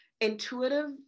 Intuitive